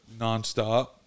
nonstop